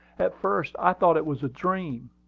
at first, i thought it was a dream.